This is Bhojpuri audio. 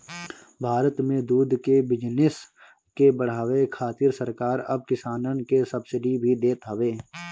भारत में दूध के बिजनेस के बढ़ावे खातिर सरकार अब किसानन के सब्सिडी भी देत हवे